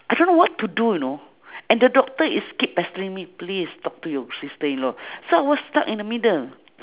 I don't know what to do you know and the doctor is keep pestering me please talk to your sister-in-law so I was stuck in the middle